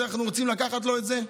רוצים לקחת לו את זה?